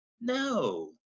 No